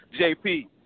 JP